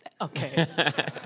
Okay